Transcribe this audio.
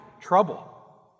trouble